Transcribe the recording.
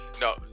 No